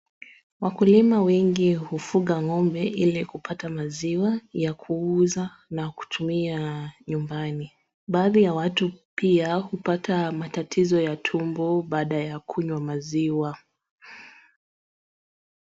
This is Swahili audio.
Wakulima wengi hufuga ng'ombe ili kupata maziwa ya kuuza na kutumia nyumbani. Baadhi ya watu pia hupata matatizo ya tumbo baada ya kunywa maziwa.